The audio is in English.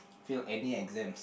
fail any exams